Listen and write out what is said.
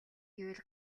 гэвэл